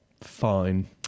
Fine